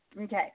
Okay